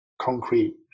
concrete